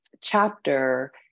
chapter